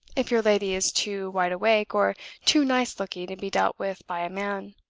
if your lady is too wideawake or too nice-looking to be dealt with by a man.